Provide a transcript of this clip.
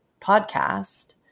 podcast